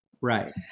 Right